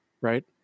right